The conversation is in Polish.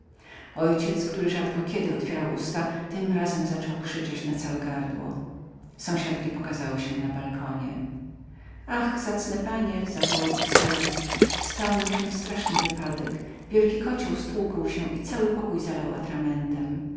ojciec który rzadko kiedy otwierał usta tym razem jednak zaczął krzyczeć na całe gardło sąsiadki pokazały się na balkonie ach zacne panie zawołał busqueros stał nam się straszny wypadek wielki kocioł stłukł się i cały pokój zalał atramentem